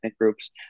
groups